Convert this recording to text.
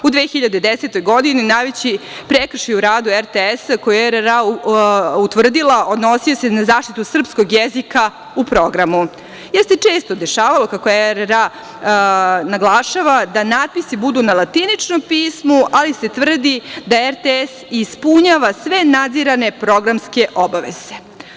U 2010. godini najveći prekršaj u radu RTS koji je RRA utvrdila odnosio se na zaštitu srpskog jezika u programu, jer se često dešavalo, kako RRA naglašava, da natpisi budu na latiničnom pismu, ali se tvrdi da RTS ispunjava sve nadzirane programske obaveze.